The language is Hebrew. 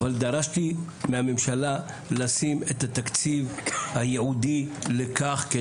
אבל דרשתי מהממשלה לשים את התקציב הייעודי לכך.